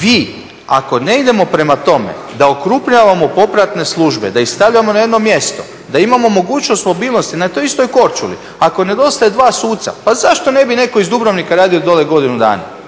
vi ako ne idemo prema tome da okrupnjavamo popratne službe, da ih stavljamo na jedno mjesto, da imamo mogućnost mobilnosti. Na toj istoj Korčuli, ako nedostaje dva suca pa zašto ne bi netko iz Dubrovnika radio dolje godinu dana?